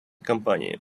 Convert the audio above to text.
кампанії